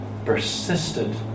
persisted